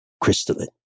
crystalline